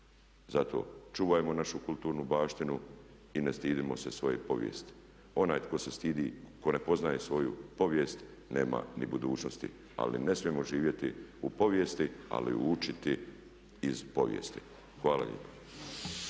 Zato čuvajmo našu kulturnu baštinu i ne stidimo se svoje povijesti. Onaj tko se stidi, tko ne poznaje svoju povijest nema ni budućnosti. Ali ne smijemo živjeti u povijesti ali učiti iz povijesti. Hvala lijepo.